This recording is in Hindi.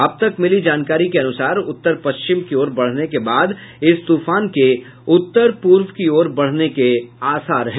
अब तक मिली जानकारी के अनुसार उत्तर पश्चिम की ओर बढ़ने के बाद इस तूफान के उत्तर पूर्व की ओर बढ़ने के आसार हैं